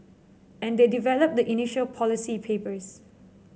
and they develop the initial policy papers